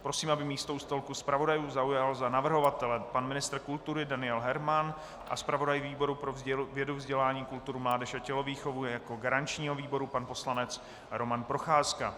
Prosím, aby místo u stolku zpravodajů zaujal za navrhovatele pan ministr kultury Daniel Herman a zpravodaj výboru pro vědu, vzdělání, kulturu, mládež a tělovýchovu jako garančního výboru pan poslanec Roman Procházka.